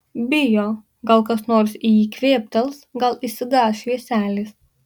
bijo gal kas nors į jį kvėptels gal išsigąs švieselės